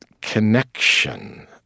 connection